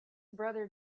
brother